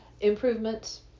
improvements